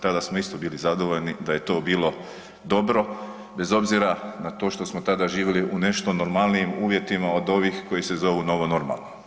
Tada smo isto bili zadovoljni da je to bilo dobro, bez obzira što smo tada živjeli u nešto normalnijim uvjetima od ovih koji se zovu novo normalno.